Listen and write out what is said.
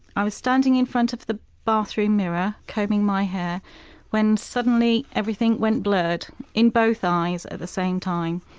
i was standing in front of the bathroom mirror combing my hair when suddenly everything went blurred in both eyes at the same time.